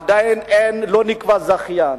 עדיין אין, לא נקבע זכיין.